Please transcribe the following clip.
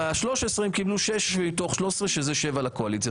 ב-13 הם קיבלו 6 מתוך 13 שזה 7 לקואליציה.